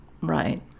Right